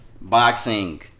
Boxing